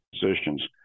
positions